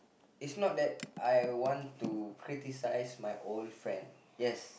is not that I want to criticise my old friend yes